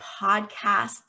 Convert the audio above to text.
podcasts